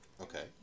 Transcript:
Okay